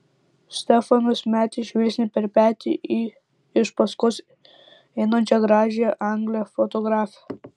stefanas metė žvilgsnį per petį į iš paskos einančią gražiąją anglę fotografę